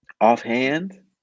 Offhand